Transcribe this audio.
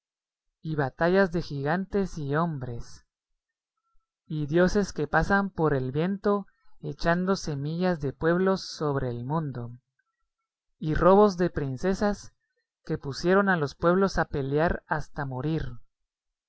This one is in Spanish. y batallas de gigantes y hombres y dioses que pasan por el viento echando semillas de pueblos sobre el mundo y robos de princesas que pusieron a los pueblos a pelear hasta morir